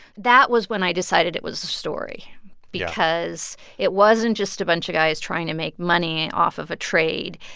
that was when i decided it was a story because it wasn't just a bunch of guys trying to make money off of a trade.